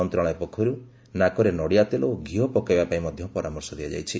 ମନ୍ତ୍ରଣାଳୟ ପକ୍ଷରୁ ନାକରେ ନଡ଼ିଆ ତେଲ ଓ ଘିଅ ପକାଇବା ପାଇଁ ମଧ୍ୟ ପରାମର୍ଶ ଦିଆଯାଇଛି